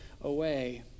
away